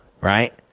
right